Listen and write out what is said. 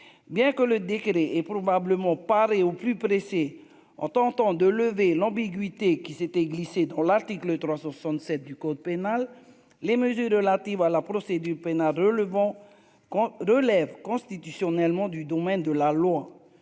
bien que le décret et probablement parer au plus pressé en tentant de lever l'ambiguïté qui s'était glissée dans l'article 367 du code pénal, les mesures relatives à la procédure pénale, relevons con de lève constitutionnellement du domaine de la loi,